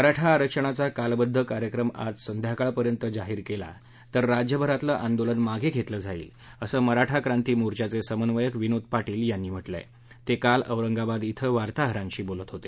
मराठा आरक्षणाचा कालबद्ध कार्यक्रम आज संध्याकाळपर्यंत जाहीर केला तर राज्यभरातलं आंदोलन मागे घेतलं जाईल असं मराठा क्रांती मोर्चाचे समन्वयक विनोद पाटील यांनी म्हटलं आहे ते काल औरंगाबाद ॐ वार्ताहरांशी बोलत होते